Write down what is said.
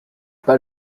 pas